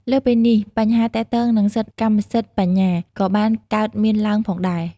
លើសពីនេះ បញ្ហាទាក់ទងនឹងសិទ្ធិកម្មសិទ្ធិបញ្ញា ក៏បានកើតមានឡើងផងដែរ។